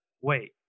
wait